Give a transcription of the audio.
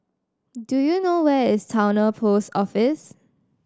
do you know where is Towner Post Office